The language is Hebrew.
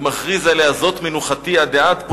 ומכריז עליה: "זאת מנוחתי עדי עד,